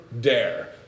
dare